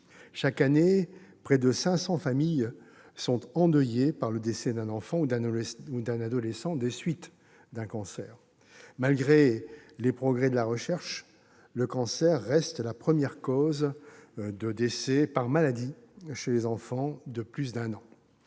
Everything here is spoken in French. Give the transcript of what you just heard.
Chaque année, près de 500 familles sont endeuillées par le décès d'un enfant ou d'un adolescent des suites d'un cancer. Malgré les progrès de la recherche, le cancer reste la première cause de décès par maladie chez les enfants de plus d'un an.